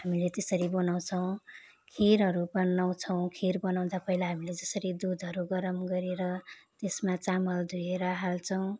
हामीले त्यसरी बनाउँछौँ खिरहरू बनाउँछौँ खिर बनाउँदा पहिला हामीले जसरी दुधहरू गरम गरेर त्यसमा चामल धोएर हाल्छौँ